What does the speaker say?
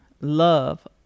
love